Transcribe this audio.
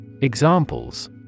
Examples